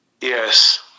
yes